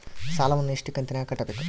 ಸಾಲವನ್ನ ಎಷ್ಟು ಕಂತಿನಾಗ ಕಟ್ಟಬೇಕು?